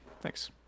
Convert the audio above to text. Thanks